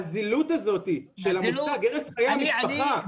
הזילות הזאת של הרס חיי משפחה.